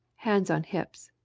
hands on hips.